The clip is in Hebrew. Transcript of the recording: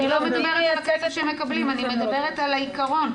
היא מייצגת --- אני מדברת על העיקרון.